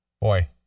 Boy